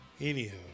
anyhow